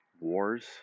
Wars